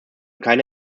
keine